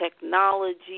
technology